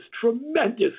tremendous